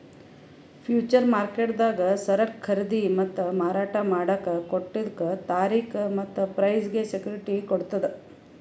future ಮಾರ್ಕೆಟ್ದಾಗ್ ಸರಕ್ ಖರೀದಿ ಮತ್ತ್ ಮಾರಾಟ್ ಮಾಡಕ್ಕ್ ಕೊಟ್ಟಿದ್ದ್ ತಾರಿಕ್ ಮತ್ತ್ ಪ್ರೈಸ್ಗ್ ಸೆಕ್ಯುಟಿಟಿ ಕೊಡ್ತದ್